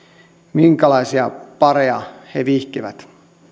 minkälaisia pareja he vihkivät